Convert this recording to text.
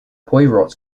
poirot